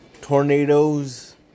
tornadoes